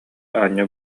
аанньа